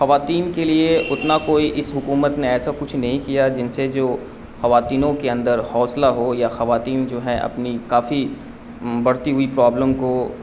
خواتین کے لیے اتنا کوئی اس حکومت نے ایسا کچھ نہیں کیا جن سے جو خواتینوں کے اندر حوصلہ ہو یا خواتین جو ہیں اپنی کافی بڑھتی ہوئی پرابلم کو